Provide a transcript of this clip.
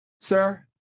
Sir